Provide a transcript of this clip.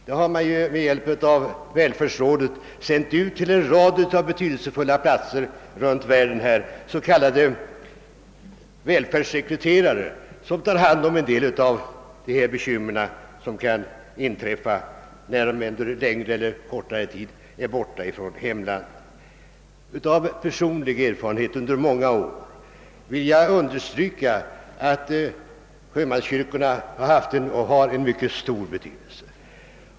Där har man med hjälp av välfärdsrådet till en rad betydelsefulla platser runt om i världen sänt ut s.k. välfärdssekreterare, som tar hand om en del av de bekymmer som kan uppstå när sjömännen är borta från hemlandet under längre eller kortare tid. Med stöd av personlig erfarenhet under många år vill jag understryka att sjömanskyrkorna haft och har en myc ket stor betydelse.